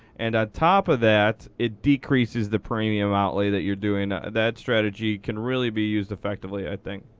and on top of that, it decreases the premium outlay that you're doing. that strategy can really be used effectively, i think.